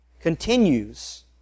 continues